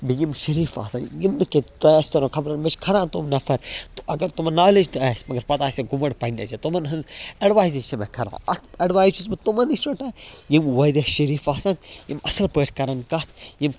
بیٚیہِ یِم شریٖف آسَن یِم نہٕ کیٚنٛہہ مےٚ چھِ کھران تِم نَفر تہٕ اگر تِمَن نالیج تہِ آسہِ مگر پَتہٕ آسٮ۪کھ گُمنڈ پنٛنہِ جایہِ تِمَن ہٕنٛز اٮ۪ڈوایزٕے چھِ مےٚ کھران اَکھ اٮ۪ڈوایز چھُس بہٕ تِمَن نِش رَٹان یِم واریاہ شریٖف آسَن یِم اَصٕل پٲٹھۍ کَرَن کَتھ یِم